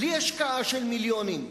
בלי השקעה של מיליונים,